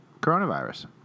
coronavirus